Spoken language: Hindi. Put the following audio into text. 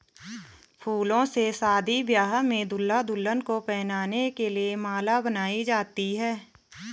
फूलों से शादी ब्याह में दूल्हा दुल्हन को पहनाने के लिए माला बनाई जाती है